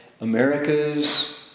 America's